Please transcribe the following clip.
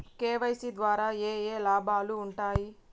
KYC ద్వారా ఏఏ లాభాలు ఉంటాయి?